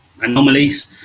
anomalies